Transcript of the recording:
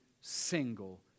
single